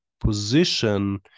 position